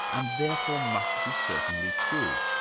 and therefore must be certainly true.